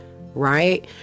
right